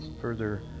further